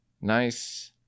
nice